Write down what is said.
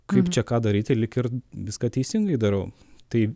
kaip čia ką daryti lyg ir viską teisingai darau tai